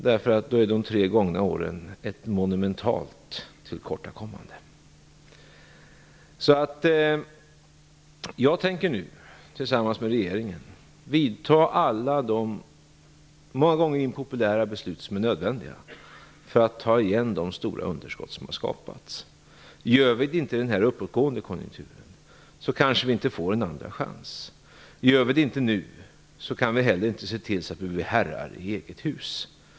I så fall visar de tre gångna åren på ett monumentalt tillkortakommande. Jag tänker nu, tillsammans med regeringen, fatta alla de många gånger impopulära beslut som är nödvändiga för att man skall komma till rätta med de stora underskott som har skapats. Om vi inte gör det i denna uppåtgående konjunktur kanske vi inte får en andra chans. Om vi inte gör det nu kan vi heller inte se till att vi blir herrar i eget hus.